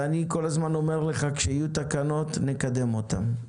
ואני כל הזמן אומר לך, כשיהיו תקנות נקדם אותן.